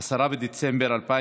10 בדצמבר 2019,